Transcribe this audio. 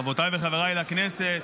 חברותיי וחבריי לכנסת,